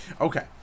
Okay